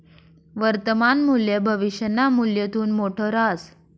वर्तमान मूल्य भविष्यना मूल्यथून मोठं रहास